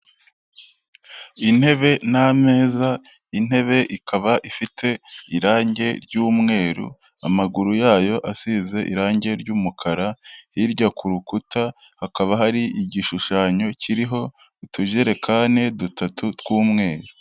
Intebe n'ameza, intebe ikaba ifite irangi ry'umweru, amaguru yayo asize irangi ry'umukara, hirya ku rukuta hakaba hari igishushanyo kiriho utujerekani dutatu tw'umweru.